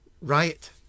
Riot